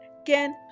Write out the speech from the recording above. again